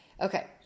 okay